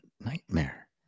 nightmare